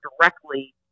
directly